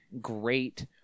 great